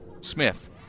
Smith